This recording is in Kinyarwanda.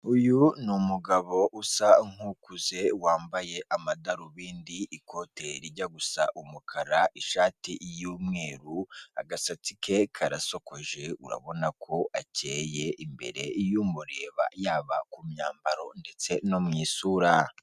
Uyu n'umugabo usa nk'ukuze wambaye amadarubindi ikote rijya gusa umukara, ishati y'umweru agasatsi ke karasokoje, urabona ko akeye, imbere y'umureba yaba ku myambaro ndetse no mu isura.